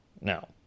Now